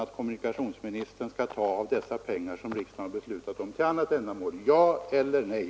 Skall kommunikationsministern till väginvesteringarna ta av pengar som riksdagen anslagit för andra ändamål — ja eller nej?